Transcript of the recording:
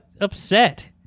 upset